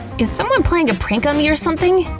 is someone playing a prank on me or something?